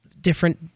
different